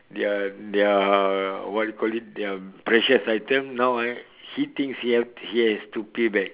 their their what you call it their precious item now I he thinks he have he has to pay back